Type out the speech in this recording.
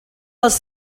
dels